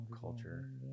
culture